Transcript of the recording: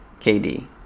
KD